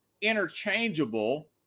interchangeable